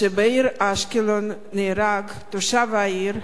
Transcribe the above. כשבעיר אשקלון נהרג תושב העיר,